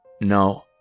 No